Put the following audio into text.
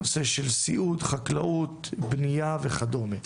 נושא של סיעוד חקלאות, בניה וכדומה.